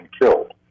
killed